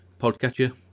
podcatcher